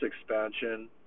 expansion